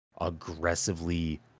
aggressively